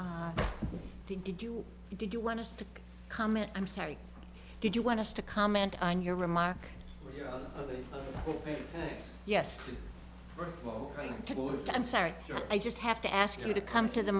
the did you did you want us to come in i'm sorry did you want us to comment on your remark yes i'm sorry i just have to ask you to come to the